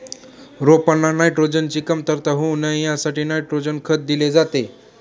रोपांना नायट्रोजनची कमतरता होऊ नये यासाठी नायट्रोजन खत दिले जाते